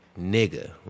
Nigga